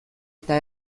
eta